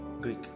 Greek